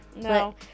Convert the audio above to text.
No